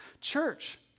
church